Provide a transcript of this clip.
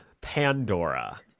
pandora